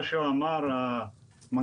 נושא שני, נושא של ניגודי עניינים.